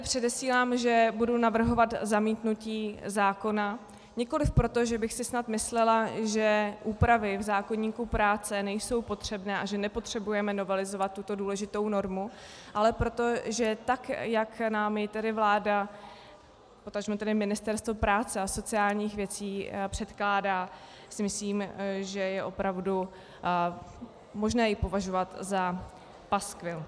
Předesílám, že budu navrhovat zamítnutí zákona nikoliv proto, že bych si snad myslela, že úpravy v zákoníku práce nejsou potřebné a že nepotřebujeme novelizovat tuto důležitou normu, ale proto, že tak jak nám ji vláda, potažmo Ministerstvo práce a sociálních věcí předkládá, si myslím, že je opravdu možné ji považovat za paskvil.